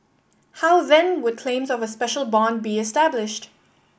how then would claims of a special bond be established